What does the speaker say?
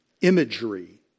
imagery